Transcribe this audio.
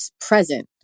present